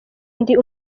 ndi